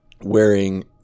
Wearing